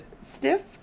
stiff